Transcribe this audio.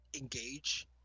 engage